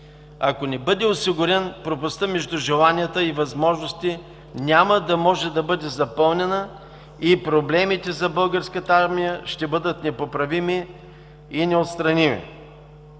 Ако не бъде осигурен, пропастта между желания и възможности няма да може да бъде запълнена и проблемите за българската армия ще бъдат непоправими и неотстраними.